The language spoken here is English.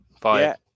Five